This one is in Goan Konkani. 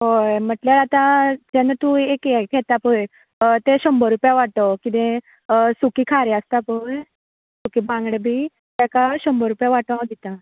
हय म्हटल्यार आतां जेन्ना तूं एक हें घेता पळय तें शंबर रुपया वांटो कितें सुकें खारें आसता पळय सुखे बांगडे बी ताका शंबर रुपया वाटो हांव दितां